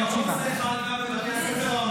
העיקרון הזה חל גם בבתי הספר הממלכתיים-הדתיים,